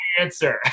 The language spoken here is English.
answer